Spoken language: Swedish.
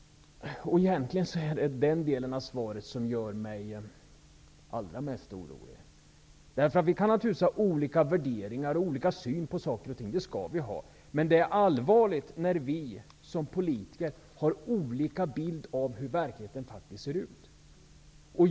Egentligen är det den delen av svaret som gör mig allra mest orolig. Vi kan naturligtvis ha olika värderingar och olika syn på saker och ting, och det skall vi ha, men det är allvarligt när vi som politiker har olika bild av hur verkligheten faktiskt ser ut.